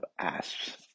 asps